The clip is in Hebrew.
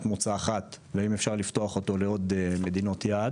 מוצא אחת והאם אפשר לפתוח אותו למדינות נוספות?